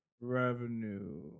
Revenue